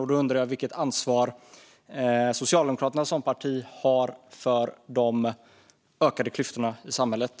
Jag undrar vilket ansvar Socialdemokraterna som parti har för de ökade klyftorna i samhället.